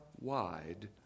wide